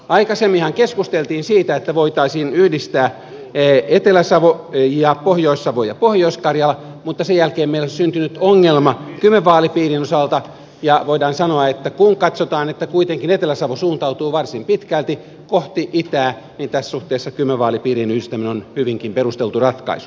aikaisemminhan keskusteltiin siitä että voitaisiin yhdistää etelä savo ja pohjois savo ja pohjois karjala mutta sen jälkeen meille olisi syntynyt ongelma kymen vaalipiirin osalta ja voidaan sanoa että kun katsotaan että kuitenkin etelä savo suuntautuu varsin pitkälti kohti itää niin tässä suhteessa kymen vaalipiirin yhdistäminen on hyvinkin perusteltu ratkaisu